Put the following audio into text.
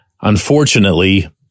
unfortunately